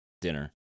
dinner